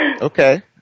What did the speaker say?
Okay